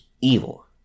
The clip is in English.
evil